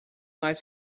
nas